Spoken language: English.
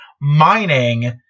mining